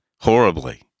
horribly